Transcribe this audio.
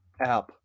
app